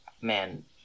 man